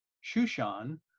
Shushan